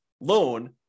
loan